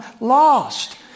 lost